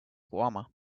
warmer